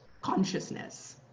consciousness